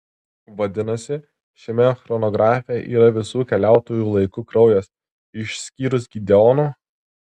vadinasi šiame chronografe yra visų keliautojų laiku kraujas išskyrus gideono